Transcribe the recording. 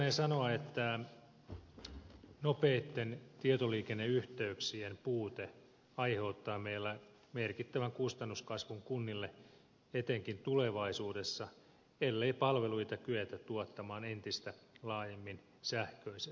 voitaneen sanoa että nopeitten tietoliikenneyhteyksien puute aiheuttaa meillä merkittävän kustannuskasvun kunnille etenkin tulevaisuudessa ellei palveluita kyetä tuottamaan entistä laajemmin sähköisesti